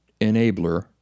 enabler